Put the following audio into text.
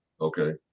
okay